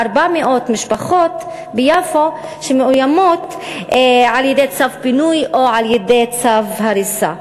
לפחות 400 משפחות שמאוימות על-ידי צו פינוי או על-ידי צו הריסה,